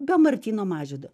be martyno mažvydo